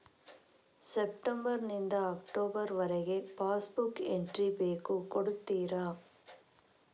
September ನಿಂದ October ವರಗೆ passbook entry ಬೇಕು ಕೊಡುತ್ತೀರಾ?